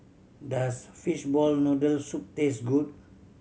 does fishball noodle soup taste good